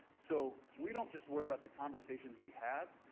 so we don't just worry about the conversations we have,